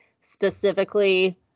specifically